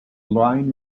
line